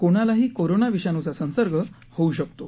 कोणालाही कोरोना विषाणूचा संसर्ग होऊ शकतो